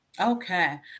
Okay